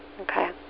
Okay